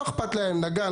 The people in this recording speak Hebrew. לא אכפת להם נגן,